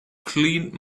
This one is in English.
cleaned